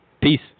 peace